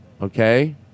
Okay